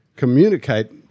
Communicate